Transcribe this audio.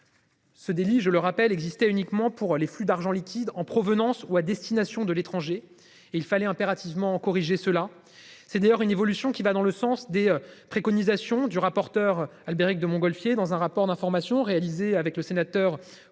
Ce délit, je le rappelle existait uniquement pour les flux d'argent liquide en provenance ou à destination de l'étranger et il fallait impérativement corriger cela. C'est d'ailleurs une évolution qui va dans le sens des préconisations du rapporteur Albéric de Montgolfier dans un rapport d'information réalisée avec le sénateur